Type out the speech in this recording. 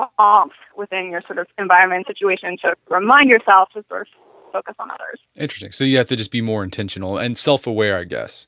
ah um within your sort of environment situation to remind yourself to sort of focus on others interesting, so you have yeah to just be more intentional and self aware i guess